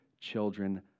children